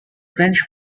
french